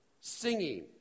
singing